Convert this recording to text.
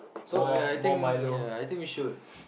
so yeah I think yeah I think we should